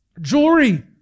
jewelry